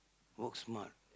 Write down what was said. work smart